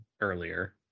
earlier